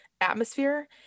atmosphere